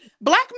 Black